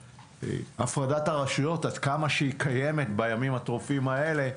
הפרדת הרשויות עד כמה שהיא קיימת בימים הטרופים האלה,